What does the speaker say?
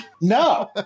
No